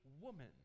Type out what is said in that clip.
woman